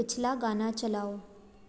पिछला गाना चलाओ